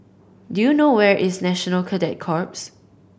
do you know where is National Cadet Corps